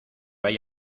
hay